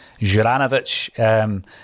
Juranovic